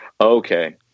okay